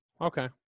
Okay